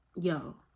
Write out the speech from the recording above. yo